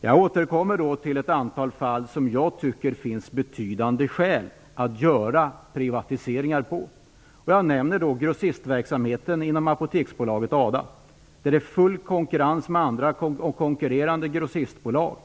Jag återkommer till ett antal fall där jag tycker att det finns betydande skäl att göra privatiseringar. Jag nämner grossistverksamheten inom Apoteksbolaget, ADA, som konkurrerar med andra grossistbolag.